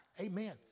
Amen